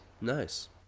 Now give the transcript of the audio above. nice